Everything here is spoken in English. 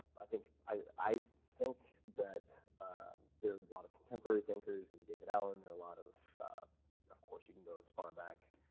i think i think that there are a lot of contemporary thinkers, you know david allen. there are a lot of of of course, you can go as far back,